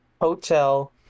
Hotel